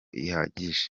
ihagije